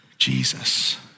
Jesus